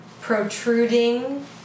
protruding